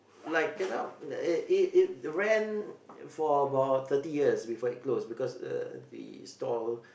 like cannot like it it it rent for about thirty years before it close because the the store